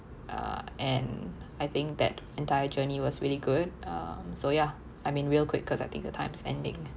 uh and I think that entire journey was really good um so ya I mean real quick cause I think the time it's ending